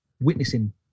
witnessing